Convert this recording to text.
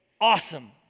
Awesome